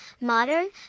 modern